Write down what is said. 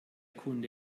kunde